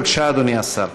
בבקשה, אדוני השר.